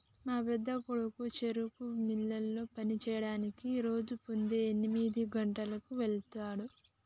మా పెద్దకొడుకు చెరుకు మిల్లులో పని సెయ్యడానికి రోజు పోద్దున్నే ఎనిమిది గంటలకు వెళ్తుండు